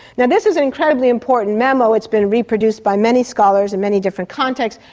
now this is an incredibly important memo. it's been reproduced by many scholars in many different contexts,